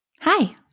Hi